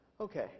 Okay